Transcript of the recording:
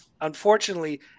unfortunately